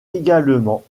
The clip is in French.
également